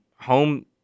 home